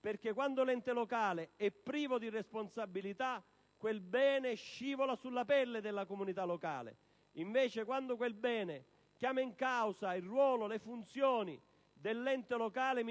perché quando l'ente locale è privo di responsabilità quel bene scivola sulla pelle della comunità locale. Invece quando quel bene chiama in causa il ruolo, le funzioni dell'ente locale,